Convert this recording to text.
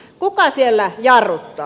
kuka siellä jarruttaa